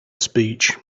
speech